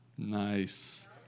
Nice